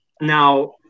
Now